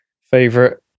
favorite